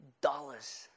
dollars